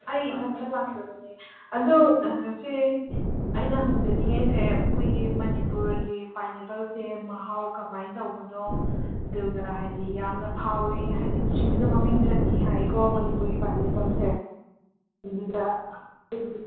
ꯑꯩ ꯏꯊꯟꯇ ꯂꯥꯛꯆꯕꯅꯦ ꯑꯗꯣ ꯁꯦ ꯑꯩꯅ ꯍꯪꯖꯅꯤꯡꯉꯤꯁꯦ ꯑꯩꯈꯣꯏꯒꯤ ꯃꯅꯤꯄꯨꯔꯒꯤ ꯄꯥꯏꯅꯦꯄꯜꯁꯦ ꯃꯍꯥꯎ ꯀꯃꯥꯏ ꯇꯧꯕꯅꯣ ꯑꯗꯨꯒ ꯍꯥꯏꯕꯗꯤ ꯌꯥꯝꯅ ꯐꯥꯎꯋꯤ ꯍꯥꯏꯗꯤ ꯄ꯭ꯔꯤꯊꯤꯕꯤꯗ ꯃꯃꯤꯡ ꯆꯠꯂꯤ ꯍꯥꯏꯀꯣ ꯃꯅꯤꯄꯨꯔꯒꯤ ꯄꯥꯏꯅꯦꯄꯜꯁꯦ ꯑꯗꯨꯗ ꯑꯩꯁꯨ